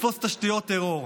לתפוס תשתיות טרור,